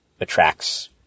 attracts